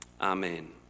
Amen